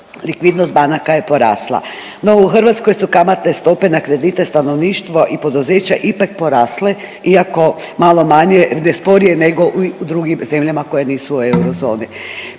likvidnost banaka je porasla, no u Hrvatskoj su kamatne stope na kredite stanovništva i poduzeća ipak porasle iako malo manje, sporije nego u drugim zemljama koje nisu u Eurozoni,